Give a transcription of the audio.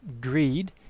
greed